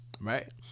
right